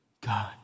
God